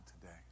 today